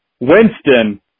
Winston